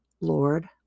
Lord